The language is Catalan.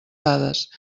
dades